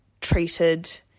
treated